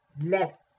let